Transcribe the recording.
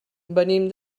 venim